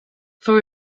for